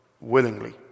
willingly